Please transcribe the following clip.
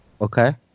Okay